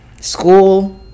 school